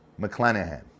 McClanahan